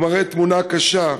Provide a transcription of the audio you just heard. מראה תמונה קשה,